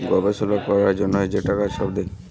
গবেষলা ক্যরার জ্যনহে যে ছব টাকা দেয়